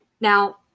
Now